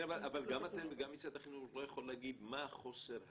אבל גם אתם וגם משרד החינוך לא יכול להגיד מה החוסר היום.